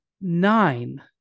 nine